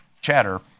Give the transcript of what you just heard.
chatter